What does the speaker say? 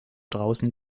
draußen